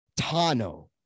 tano